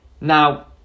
Now